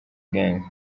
gangs